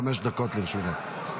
חמש דקות לרשותך.